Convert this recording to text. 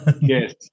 Yes